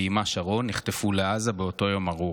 ואימה שרון נחטפו לעזה באותו יום ארור.